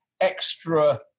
extra